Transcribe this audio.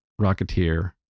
Rocketeer